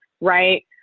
right